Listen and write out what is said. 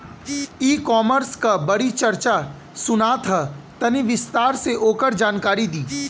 ई कॉमर्स क बड़ी चर्चा सुनात ह तनि विस्तार से ओकर जानकारी दी?